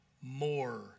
more